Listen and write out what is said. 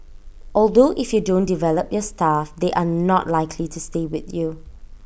although if you don't develop your staff they are not likely to stay with you